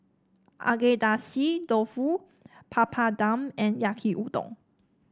Agedashi Dofu Papadum and Yaki Udon